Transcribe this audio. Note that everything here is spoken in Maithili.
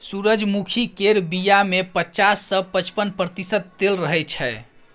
सूरजमुखी केर बीया मे पचास सँ पचपन प्रतिशत तेल रहय छै